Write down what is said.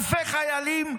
אלפי חיילים,